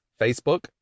Facebook